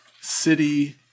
city